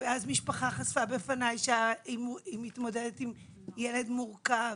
אז משפחה חשפה בפניי שהיא מתמודדת עם ילד מורכב.